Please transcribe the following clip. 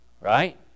right